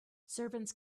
servants